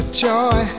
joy